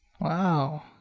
Wow